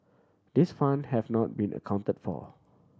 these fund have not been accounted for